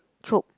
choke